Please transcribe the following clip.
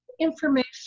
information